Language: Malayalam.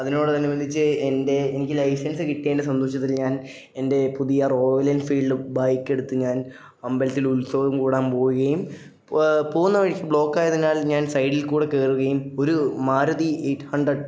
അതിനോടനുബന്ധിച്ച് എൻ്റെ എനിക്ക് ലൈസൻസ് കിട്ടിയതിൻ്റെ സന്തോഷത്തിൽ ഞാൻ എൻ്റെ പുതിയ റോയൽ എൻഫീൽഡ് ബൈക്കെടുത്ത് ഞാൻ അമ്പലത്തിൽ ഉത്സവം കൂടാൻ പോകുകയും പോകുന്ന വഴിക്ക് ബ്ലോക്കായതിനാൽ ഞാൻ സൈഡിൽ കൂടി കയറുകയും ഒരു മാരുതി എയിറ്റ് ഹൺഡ്രഡ്